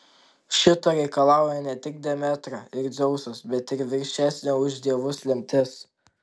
šito reikalauja ne tik demetra ir dzeusas bet ir viršesnė už dievus lemtis